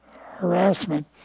harassment